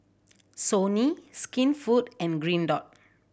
Sony Skinfood and Green Dot